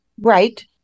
right